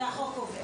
זה מה שהחוק קובע.